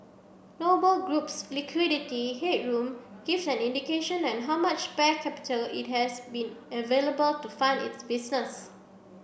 Noble Group's liquidity headroom gives an indication an how much spare capital it has been available to fund its business